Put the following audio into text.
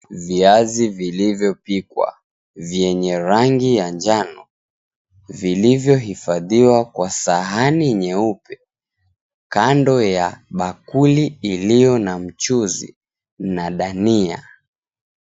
Viazi vilivyopikwa, vyenye rangi ya njano, vilivyohifadhiwa kwa sahani nyeupe, kando ya bakuli iliyo na mchuzi na dania.